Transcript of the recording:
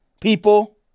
people